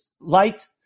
light